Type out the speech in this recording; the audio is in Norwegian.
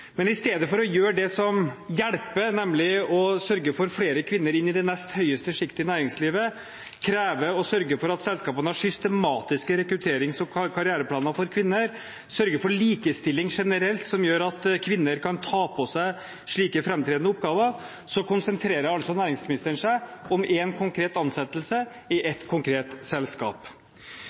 Men i stedet for å gjøre det som hjelper, nemlig å sørge for flere kvinner inn i det nest høyeste sjiktet i næringslivet, kreve og sørge for at selskapene har systematiske rekrutterings- og karriereplaner for kvinner, sørge for likestilling generelt, som gjør at kvinner kan ta på seg slike framtredende oppgaver, konsentrerer næringsministeren seg om én konkret ansettelse i ett konkret selskap.